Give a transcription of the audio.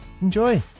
enjoy